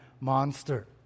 monster